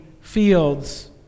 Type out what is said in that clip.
fields